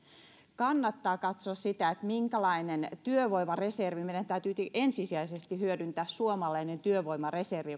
kannattaa katsoa sitä minkälainen työvoimareservi tässä maassa tällä hetkellä on meidän täytyy ensisijaisesti hyödyntää suomalainen työvoimareservi